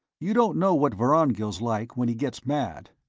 you don't know what vorongil's like when he gets mad.